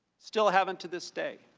still haven't to this day.